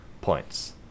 points